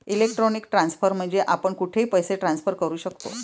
electronic transfer म्हणजे आपण कुठेही पैसे ट्रान्सफर करू शकतो